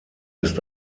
ist